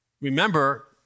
Remember